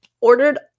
Ordered